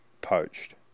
poached